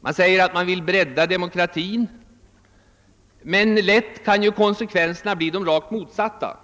Man säger att man vill bredda demokratin, men konsekvenserna kan lätt bli de rakt motsatta.